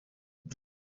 brig